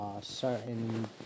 certain